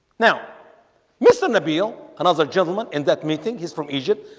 now mister nabil another gentleman and that meeting he's from egypt.